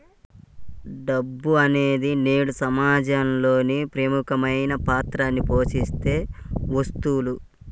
డబ్బు అనేది నేడు సమాజంలో ప్రముఖమైన పాత్రని పోషిత్తున్న వస్తువు